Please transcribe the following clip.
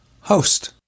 host